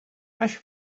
hash